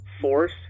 force